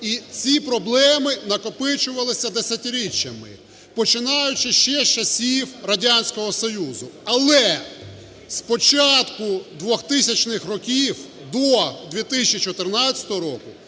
і ці проблеми накопичувалися десятиріччями, починаючи ще з часів Радянського Союзу. Але з початку 2000 років до 2014 року